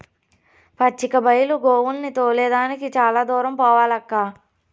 పచ్చిక బైలు గోవుల్ని తోలే దానికి చాలా దూరం పోవాలక్కా